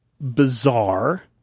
bizarre